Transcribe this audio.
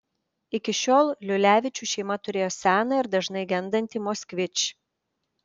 iki šiol liulevičių šeima turėjo seną ir dažnai gendantį moskvič